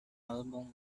album